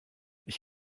ich